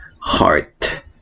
Heart